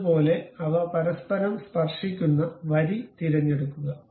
അതുപോലെ അവ പരസ്പരം സ്പർശിക്കുന്ന വരി തിരഞ്ഞെടുക്കുക